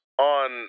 on